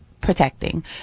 protecting